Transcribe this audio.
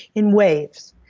in waves.